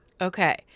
Okay